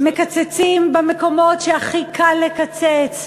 מקצצים במקומות שהכי קל לקצץ.